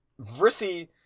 Vrissi